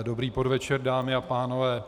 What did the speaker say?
Dobrý podvečer, dámy a pánové.